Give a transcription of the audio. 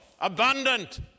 abundant